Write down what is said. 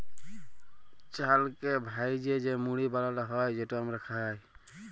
চালকে ভ্যাইজে যে মুড়ি বালাল হ্যয় যেট আমরা খাই